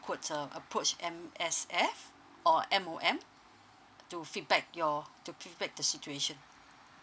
you could approached M_S_F or M_O_M to feedback your to feedback the situation